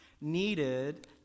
needed